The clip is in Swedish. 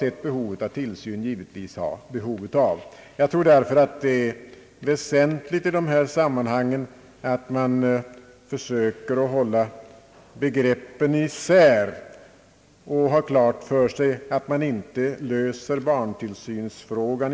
Jag tror därför att det är väsentligt att man försöker hålla begreppen isär och har klart för sig att man inte löser barntillsynsfrågan i stort genom att enbart öka antalet lekskoleplatser. Enligt Kungl. Maj:ts förslag skulle bidragsrätt föreligga enligt en kvotregel, när kommunens organiserade barntillsyn — genom både barnstugor och familjedaghem — nått en viss omfattning uttryckt i platser per antal invånare i kommunen.